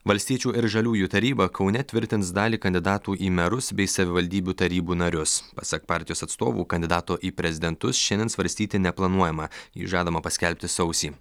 valstiečių ir žaliųjų taryba kaune tvirtins dalį kandidatų į merus bei savivaldybių tarybų narius pasak partijos atstovų kandidato į prezidentus šiandien svarstyti neplanuojama jį žadama paskelbti sausį